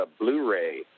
Blu-ray